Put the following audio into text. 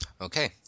Okay